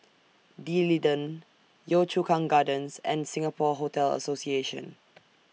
D'Leedon Yio Chu Kang Gardens and Singapore Hotel Association